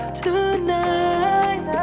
tonight